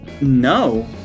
No